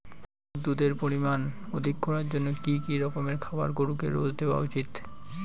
গরুর দুধের পরিমান অধিক করার জন্য কি কি রকমের খাবার গরুকে রোজ দেওয়া উচিৎ?